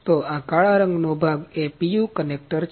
તો આ કળા રંગનો ભાગ એ PU કનેક્ટર છે